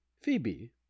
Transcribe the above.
phoebe